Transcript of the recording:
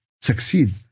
succeed